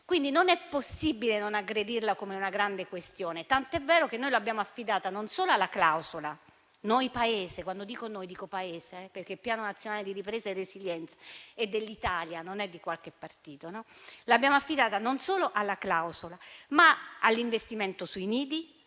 Quindi non è possibile non aggredirla come una grande questione, tant'è vero che l'abbiamo affidata non solo alla clausola. Quando dico «noi», intendo il Paese, perché il Piano nazionale di ripresa e resilienza è dell'Italia, non di qualche partito. Ebbene l'abbiamo affidata non solo alla clausola, ma all'investimento sui nidi,